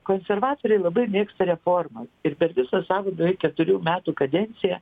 konservatoriai labai mėgsta reformas ir per visus savo beveik keturių metų kadenciją